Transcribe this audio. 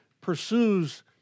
pursues